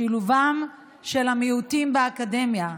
שילובם של המיעוטים באקדמיה,